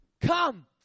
Come